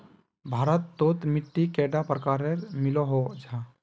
भारत तोत मिट्टी कैडा प्रकारेर मिलोहो जाहा?